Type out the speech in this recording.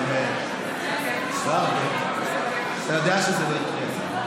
אתה יודע שזה לא יקרה.